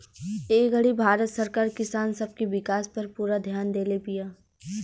ए घड़ी भारत सरकार किसान सब के विकास पर पूरा ध्यान देले बिया